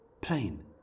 plain